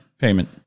payment